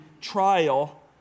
trial